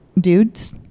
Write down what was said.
Dudes